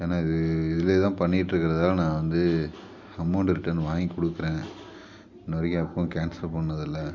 ஏன்னால் இது இதில் தான் பண்ணிகிட்டிருக்கருத்தால நான் வந்து அமௌண்டு ரிட்டன் வாங்கிக் கொடுக்குறேன் இன்றைய வரைக்கும் எப்போதும் கேன்சல் பண்ணதில்லை